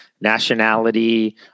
nationality